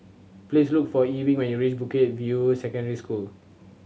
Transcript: please look for Ewing when you reach Bukit View Secondary School